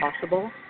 possible